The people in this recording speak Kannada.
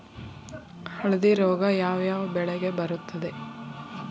ಹಳದಿ ರೋಗ ಯಾವ ಯಾವ ಬೆಳೆಗೆ ಬರುತ್ತದೆ?